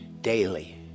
daily